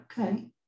Okay